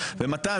מתן,